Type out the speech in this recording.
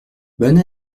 bonne